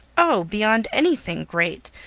oh! beyond anything great!